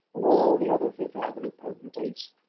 and all the other fifth avenue potentates,